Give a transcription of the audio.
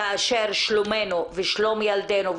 כאשר שלומנו ושלום ילדינו,